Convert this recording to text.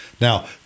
Now